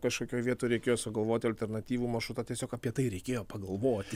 kažkokioj vietoj reikėjo sugalvoti alternatyvų maršrutą tiesiog apie tai reikėjo pagalvoti